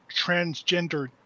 transgender